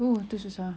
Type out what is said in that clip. oo tu susah